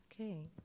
Okay